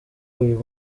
uyu